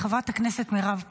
חברת הכנסת מירב כהן,